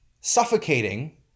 suffocating